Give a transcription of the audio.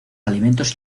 alimentos